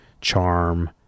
charm